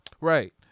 right